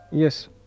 Yes